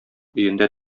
өендә